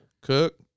Cook